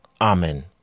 Amen